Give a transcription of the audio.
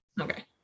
Okay